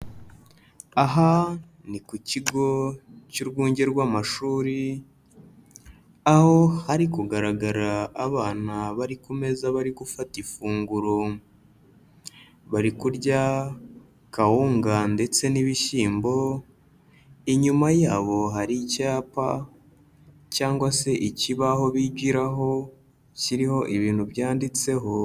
Aha ni ku kigo cy'urwunge rw'amashuri, aho hari kugaragara abana bari ku meza bari gufata ifunguro, bari kurya kawunga ndetse n'ibishyimbo, inyuma yabo hari icyapa cyangwa se ikibaho bigiraho, kiriho ibintu byanditseho.